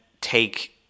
take